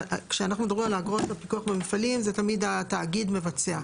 כשאנחנו מדברים על האגרות לפיקוח במפעלים זה תמיד התאגיד מבצע.